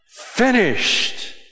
Finished